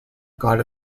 got